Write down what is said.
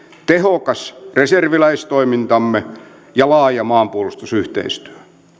tehokas reserviläistoimintamme ja laaja maanpuolustusyhteistyö